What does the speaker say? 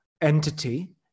entity